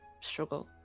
struggle